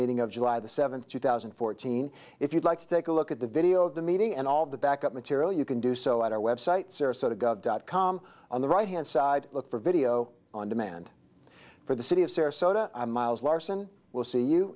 meeting of july the seventh two thousand and fourteen if you'd like to take a look at the video of the meeting and all of the backup material you can do so at our website sarasota gov dot com on the right hand side look for video on demand for the city of sarasota miles larson will see you